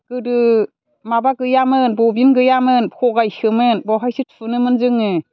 गोदो माबा गैयामोन बबिन गैयामोन फगायसोमोन बेवहायसो थुनोमोन जोङो